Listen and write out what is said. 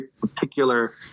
particular